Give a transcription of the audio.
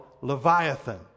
Leviathan